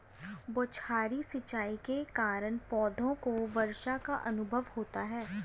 बौछारी सिंचाई के कारण पौधों को वर्षा का अनुभव होता है